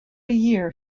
year